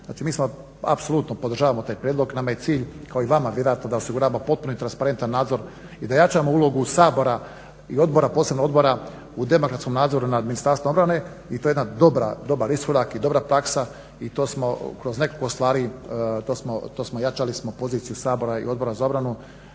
Znači mi apsolutno podržavamo taj prijedlog, nama je cilj kao i vama vjerojatno da osiguramo potpun i transparentan nadzor i da jačamo ulogu Sabora i posebno Odbora u demokratskom nadzoru nad Ministarstvom obrane i to je jedan dobar iskorak i dobra praksa i to smo kroz nekoliko stvari jačali poziciju Sabora i Odbora za obranu